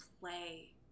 play